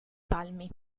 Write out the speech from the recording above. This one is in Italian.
palmi